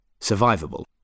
survivable